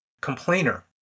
complainer